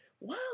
wow